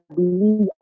believe